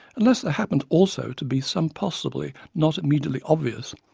unless there happened also to be some, possibly not immediately obvious,